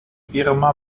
firma